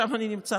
שם אני נמצא.